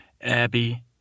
Abby